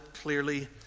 clearly